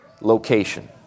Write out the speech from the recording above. location